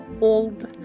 old